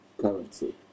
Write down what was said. currency